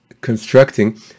constructing